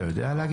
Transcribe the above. אתה יודע להגיד?